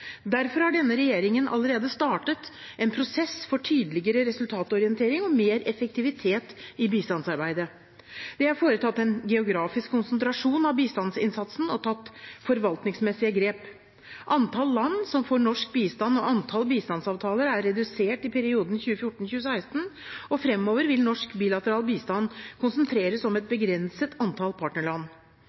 Derfor har denne regjeringen allerede startet en prosess for tydeligere resultatorientering og mer effektivitet i bistandsarbeidet. Det er foretatt en geografisk konsentrasjon av bistandsinnsatsen og tatt forvaltningsmessige grep. Antall land som får norsk bistand, og antall bistandsavtaler, er redusert i perioden 2014–2016, og framover vil norsk bilateral bistand konsentreres om et begrenset antall partnerland.